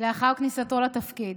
לאחר כניסתו לתפקיד.